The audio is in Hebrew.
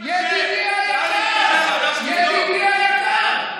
ידידי היקר,